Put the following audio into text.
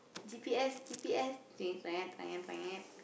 G_P_S G_P_S